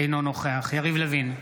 אינו נוכח יריב לוין,